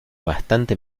bastante